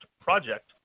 project